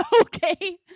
okay